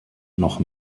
noch